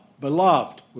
beloved